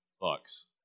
Bucks